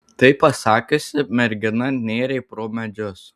tai pasakiusi mergina nėrė pro medžius